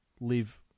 live